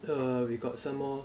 err we got some more